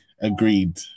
agreed